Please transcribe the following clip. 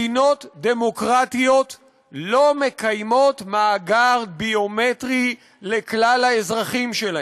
מדינות דמוקרטיות לא מקיימות מאגר ביומטרי לכלל האזרחים שלהן,